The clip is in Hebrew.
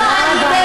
תודה רבה.